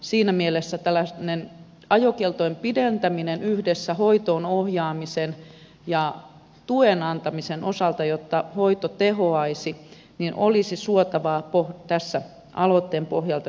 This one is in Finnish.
siinä mielessä tällainen ajokieltojen pidentäminen yhdessä hoitoon ohjaamisen ja tuen antamisen kanssa jotta hoito tehoaisi olisi suotava tapa tässä aloitteen pohjalta nyt sitten toimia